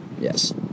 Yes